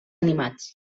animats